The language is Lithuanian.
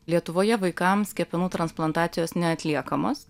lietuvoje vaikams kepenų transplantacijos neatliekamos